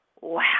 Wow